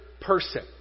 person